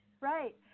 Right